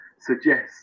suggest